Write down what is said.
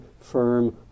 firm